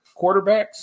quarterbacks